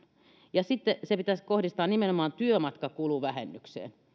ja sitten se pitäisi kohdistaa nimenomaan työmatkakuluvähennykseen